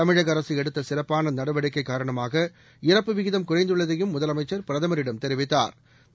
தமிழக அரசு எடுத்த சிறப்பான நடவடிக்கை காரணமாக இறப்பு விகிதம் குறைந்துள்ளதையும் முதலமைச்சா் பிரதமரிடம் தெரிவித்தாா்